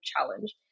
challenge